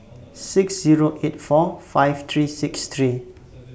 six Zero eight four five three six three